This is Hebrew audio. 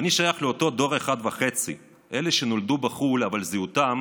אני שייך לאותו דור "אחת וחצי" לאלה שנולדו בחו"ל אבל זהותם